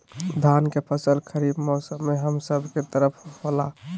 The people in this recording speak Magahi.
धान के फसल खरीफ मौसम में हम सब के तरफ होला